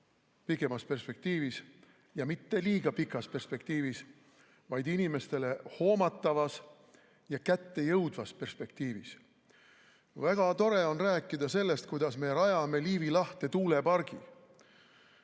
pikemas perspektiivis ja mitte liiga pikas perspektiivis, vaid inimestele hoomatavas ja kättejõudvas perspektiivis. Väga tore on rääkida sellest, kuidas me rajame Liivi lahte tuulepargi.